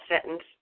sentence